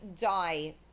die